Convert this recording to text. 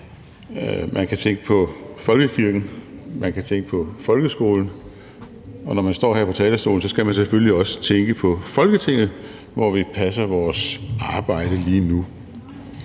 man kan tænke på folkekirken, man kan tænke på folkeskolen, og når man står her på talerstolen, skal man selvfølgelig også tænke på Folketinget, hvor vi passer vores arbejde lige nu.